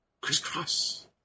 crisscross